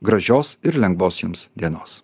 gražios ir lengvos jums dienos